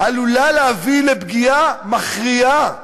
עלולה להביא לפגיעה מכריעה,